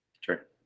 Sure